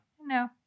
No